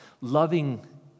loving